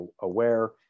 aware